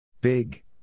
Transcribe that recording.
Big